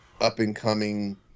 up-and-coming